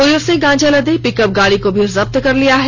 police ने गांजा लदे पिकअप गाड़ी को भी जब्त कर लिया है